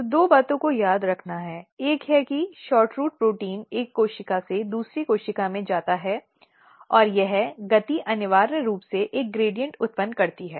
तो दो बातों को याद रखना एक है कि SHORTROOT प्रोटीन एक कोशिका से दूसरी कोशिका में जाता है और यह गति अनिवार्य रूप से एक ढाल उत्पन्न करती है